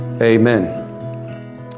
Amen